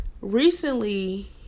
Recently